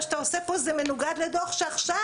מה שאתה עושה פה זה מנוגד לדו"ח שעכשיו,